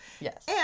Yes